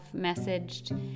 messaged